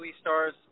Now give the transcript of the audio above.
stars